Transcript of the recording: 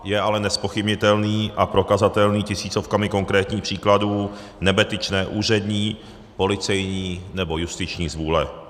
Je ale nezpochybnitelný a prokazatelný tisícovkami konkrétních příkladů nebetyčné úřední, policejní nebo justiční zvůle.